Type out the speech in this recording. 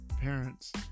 Parents